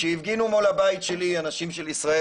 כשהפגינו מול הבית שלי אנשים של ישראל